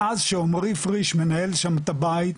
מאז שעומרי פריש מנהל שם את הבית,